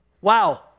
Wow